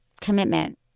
commitment